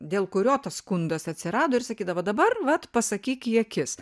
dėl kurio tas skundas atsirado ir sakydavot dabar vat pasakyk į akis